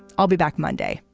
i'll be back monday.